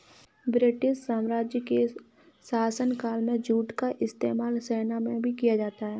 British साम्राज्य के शासनकाल में जूट का इस्तेमाल सेना में भी किया जाता था